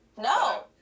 No